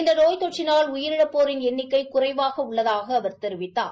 இநத நோய் தொற்றினால் உயிரிழப்போரின் எணணிக்கை குறைவாக உள்ளதாக அவர் தெரிவித்தார்